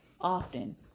often